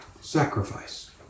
Sacrifice